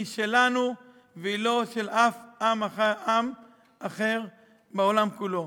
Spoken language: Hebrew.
היא שלנו, והיא לא של אף עם אחר בעולם כולו.